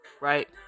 right